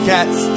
Cats